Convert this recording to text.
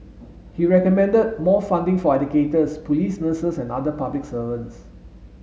he recommended more funding for educators police nurses and other public servants